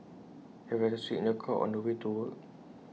have extra seats in your car on the way to work